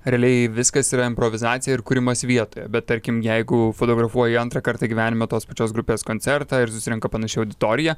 realiai viskas yra improvizacija ir kūrimas vietoje bet tarkim jeigu fotografuoji antrą kartą gyvenime tos pačios grupės koncertą ir susirenka panaši auditorija